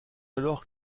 alors